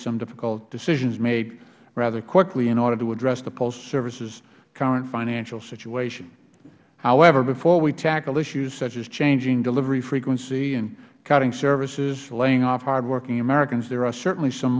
some difficult decisions made rather quickly in order to address the postal service's current financial situation however before we tackle issues such as changing delivery frequency and cutting services laying off hardworking americans there are certainly some